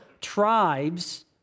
tribes